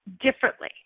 differently